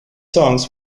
songs